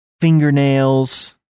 fingernails